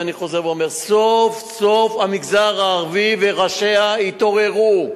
ואני חוזר ואומר: סוף-סוף המגזר הערבי וראשיו התעוררו.